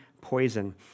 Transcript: poison